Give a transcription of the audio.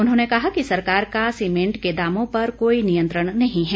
उन्होंने कहा कि सरकार का सीमेंट के दामों पर कोई नियंत्रण नहीं है